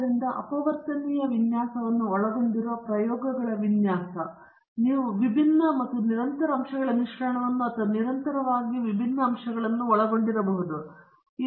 ಆದ್ದರಿಂದ ಅಪವರ್ತನೀಯ ವಿನ್ಯಾಸವನ್ನು ಒಳಗೊಂಡಿರುವ ಪ್ರಯೋಗಗಳ ವಿನ್ಯಾಸ ನೀವು ವಿಭಿನ್ನ ಮತ್ತು ನಿರಂತರ ಅಂಶಗಳ ಮಿಶ್ರಣವನ್ನು ಅಥವಾ ನಿರಂತರವಾಗಿ ವಿಭಿನ್ನ ಅಂಶಗಳನ್ನು ಒಳಗೊಂಡಿರಬಹುದು